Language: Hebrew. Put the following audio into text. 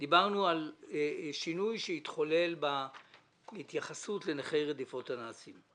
דיברנו על שינוי שהתחולל בהתייחסות לנכי רדיפות הנאצים.